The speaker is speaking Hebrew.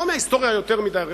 לא מההיסטוריה היותר מדי רחוקה,